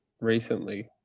recently